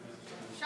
תודה